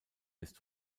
ist